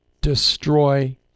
Destroy